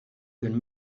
can